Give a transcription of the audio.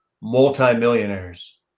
multi-millionaires